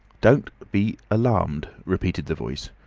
don't be alarmed, repeated the voice.